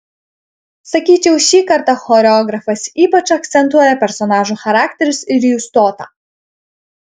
sakyčiau šį kartą choreografas ypač akcentuoja personažų charakterius ir jų stotą